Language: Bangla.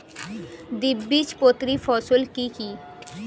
দ্বিবীজপত্রী ফসল কি কি?